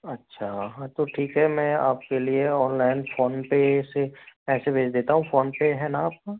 अच्छा तो ठीक है मैं आपके लिए ऑनलाइन फ़ोन पे से पैसे भेज देता हूँ फ़ोन पे है ना आपका